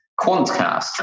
Quantcast